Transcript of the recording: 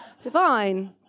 divine